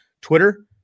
Twitter